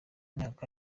myaka